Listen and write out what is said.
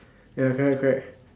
ya correct correct